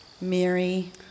Mary